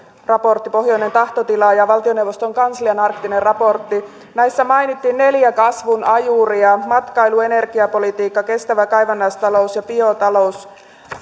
raportti pohjoinen tahtotila ja valtioneuvoston kanslian arktinen raportti näissä mainittiin neljä kasvun ajuria matkailu energiapolitiikka kestävä kaivannaistalous ja biotalous